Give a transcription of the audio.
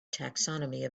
taxonomy